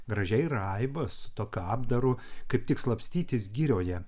gražiai raibas tokiu apdaru kaip tik slapstytis girioje